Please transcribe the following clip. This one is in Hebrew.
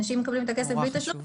אנשים מקבלים את הכסף ללא תשלום